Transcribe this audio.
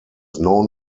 known